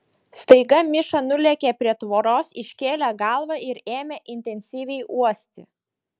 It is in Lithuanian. staiga miša nulėkė prie tvoros iškėlė galvą ir ėmė intensyviai uosti